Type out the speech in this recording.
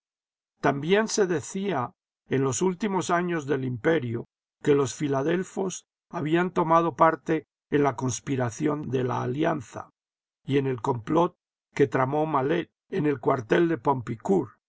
también se decía en los últimos años del imperio que los filadelfos habían tomado parte en la conspiración de la alianza y en el complot que tramó malet en el cuartel de